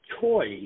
choice